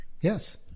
Yes